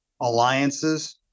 alliances